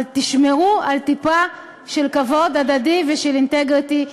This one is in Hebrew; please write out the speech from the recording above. אבל תשמרו על טיפה של כבוד הדדי ושל אינטגריטי.